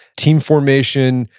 team formation,